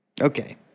Okay